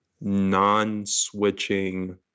non-switching